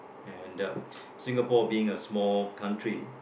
and um Singapore being a small country